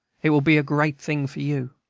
it will be a great thing for you.